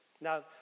Now